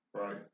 right